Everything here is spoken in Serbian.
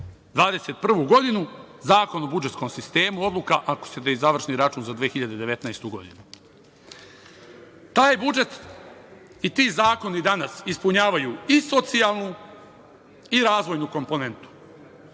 2021. godinu, Zakon o budžetskom sistemu, završni račun za 2019. godinu. Taj budžet i ti zakoni danas ispunjavaju i socijalnu i razvojnu komponentu,